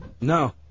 No